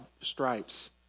stripes